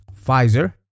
Pfizer